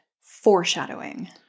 foreshadowing